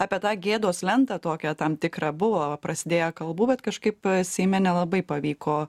apie tą gėdos lentą tokią tam tikrą buvo prasidėję kalbų bet kažkaip seime nelabai pavyko